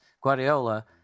Guardiola